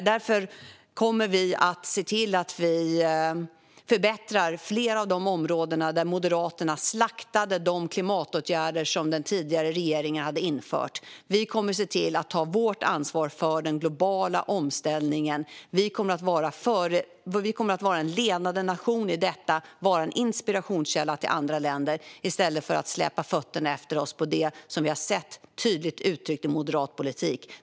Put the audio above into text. Därför kommer vi att se till att göra förbättringar inom flera av de områden där Moderaterna slaktade de klimatåtgärder som den tidigare regeringen hade infört. Vi kommer att se till att ta vårt ansvar för den globala omställningen. Vi kommer att vara en ledande nation i detta och vara en inspirationskälla för andra länder i stället för att släpa fötterna efter oss på det sätt som vi sett tydliga uttryck för i moderat politik.